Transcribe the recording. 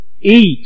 eat